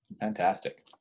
fantastic